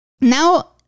Now